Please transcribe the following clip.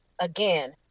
again